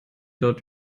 dort